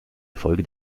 erfolge